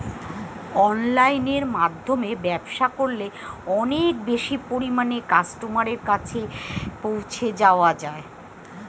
অনলাইনের মাধ্যমে ব্যবসা করলে অনেক বেশি পরিমাণে কাস্টমারের কাছে পৌঁছে যাওয়া যায়?